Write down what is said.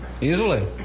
Easily